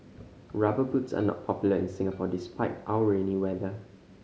Rubber Boots are not popular in Singapore despite our rainy weather